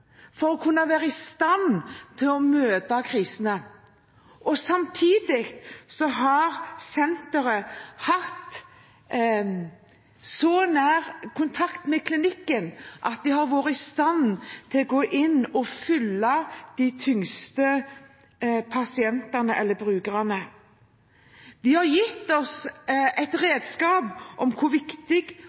for å kunne være i stand til å møte krisene. Samtidig har senteret hatt så nær kontakt med klinikken at de har vært i stand til å gå inn og følge de tyngste pasientene eller brukerne. De har gitt oss et redskap med hensyn til hvor viktig